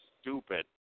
stupid